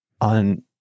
on